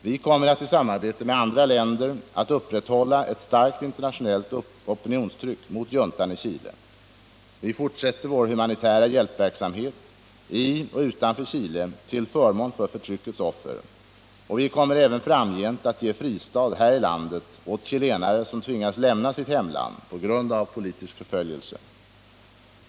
Vi kommer i samarbete med andra länder att upprätthålla ett starkt internationellt opinionstryck mot juntan i Chile, vi fortsätter vår humanitära hjälpverksamhet i och utanför Chile till förmån för förtryckets offer, och vi kommer även framgent att ge fristad här i landet åt chilenare som tvingas lämna sitt hemland på grund av politisk förföljelse.